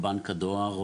או בנק הדואר?